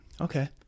Okay